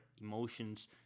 emotions